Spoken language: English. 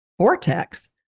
vortex